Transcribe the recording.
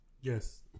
yes